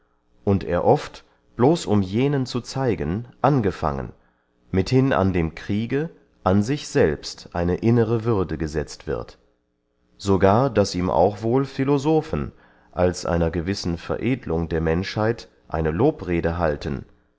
und er oft bloß um jenen zu zeigen angefangen mithin in dem kriege an sich selbst eine innere würde gesetzt wird sogar daß ihm auch wohl philosophen als einer gewissen veredelung der menschheit eine lobrede halten